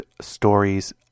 stories